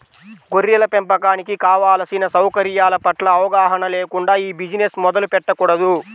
గొర్రెల పెంపకానికి కావలసిన సౌకర్యాల పట్ల అవగాహన లేకుండా ఈ బిజినెస్ మొదలు పెట్టకూడదు